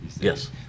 Yes